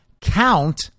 count